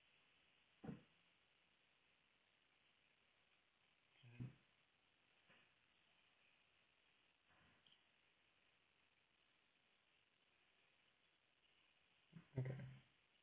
okay